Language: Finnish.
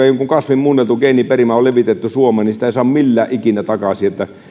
jonkun kasvin muunneltu geeniperimä on levitetty suomeen niin sitä ei saa millään ikinä takaisin